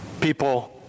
People